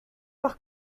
par